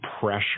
pressure